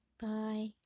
bye